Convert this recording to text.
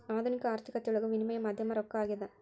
ಆಧುನಿಕ ಆರ್ಥಿಕತೆಯೊಳಗ ವಿನಿಮಯ ಮಾಧ್ಯಮ ರೊಕ್ಕ ಆಗ್ಯಾದ